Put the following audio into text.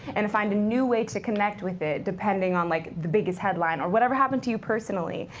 and find a new way to connect with it, depending on like the biggest headline, or whatever happened to you personally.